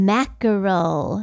Mackerel